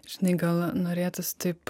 žinai gal norėtųs taip